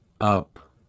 up